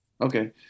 okay